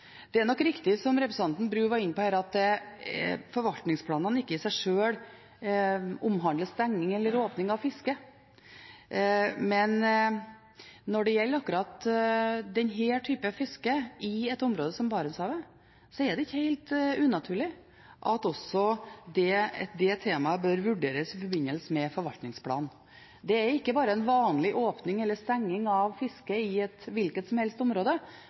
Det er nok riktig, som representanten Bru var inne på, at forvaltningsplanene i seg sjøl ikke omhandler stenging eller åpning av fiske, men når det gjelder akkurat denne typen fiske, i et område som Barentshavet, er det ikke helt unaturlig at også det temaet bør vurderes i forbindelse med forvaltningsplanen. Det er ikke bare en vanlig åpning eller stenging av fisket i et hvilket som helst område.